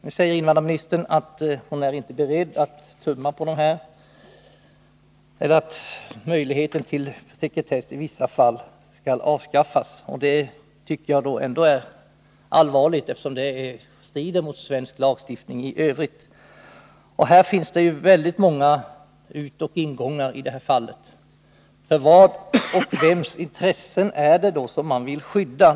Nu säger invandrarministern att hon inte är beredd att medverka till att möjligheten till sekretess i vissa fall skall avskaffas. Det tycker jag ändå är allvarligt, eftersom det strider mot svensk lagstiftning i övrigt. I det här fallet finns det ju många utoch ingångar. Vems intressen är det som man vill skydda?